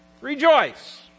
Rejoice